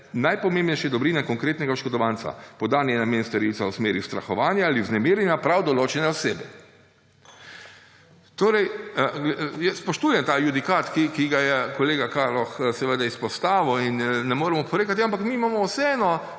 najpomembnejše dobrine konkretnega oškodovanca, podan je namen storilca v smeri ustrahovanja ali vznemirjenja prav določene osebe. Jaz spoštujem ta judikat, ki ga je kolega Kaloh seveda izpostavil, in ne morem oporekati. Ja, ampak mi imamo vseeno